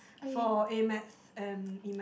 for A math and E math